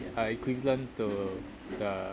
uh equivalent to the